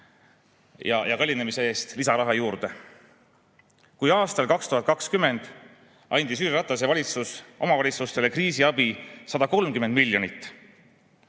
kallinemise eest lisaraha juurde. Kui aastal 2020 andis Jüri Ratase valitsus omavalitsustele kriisiabi 130 miljonit